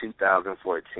2014